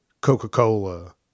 Coca-Cola